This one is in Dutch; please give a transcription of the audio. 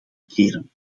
keren